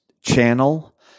channel